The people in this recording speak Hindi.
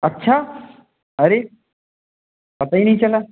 अच्छा अरे पता ही नहीं चला